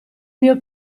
mio